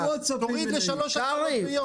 תוריד לשלוש הגרלות ביום.